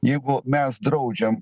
jeigu mes draudžiam